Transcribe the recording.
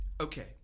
Okay